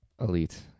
Elite